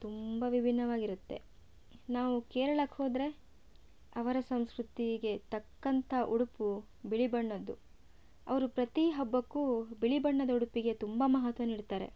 ತುಂಬಾ ವಿಭಿನ್ನವಾಗಿರತ್ತೆ ನಾವು ಕೇರಳಕ್ಕೆ ಹೋದರೆ ಅವರ ಸಂಸ್ಕೃತಿಗೆ ತಕ್ಕಂಥಾ ಉಡುಪು ಬಿಳಿ ಬಣ್ಣದ್ದು ಅವರು ಪ್ರತಿ ಹಬ್ಬಕ್ಕೂ ಬಿಳಿ ಬಣ್ಣದ ಉಡುಪಿಗೆ ತುಂಬಾ ಮಹತ್ವ ನೀಡ್ತಾ